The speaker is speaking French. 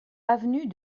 avenue